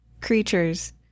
creatures